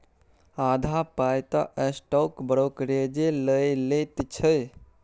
आधा पाय तँ स्टॉक ब्रोकरेजे लए लैत छै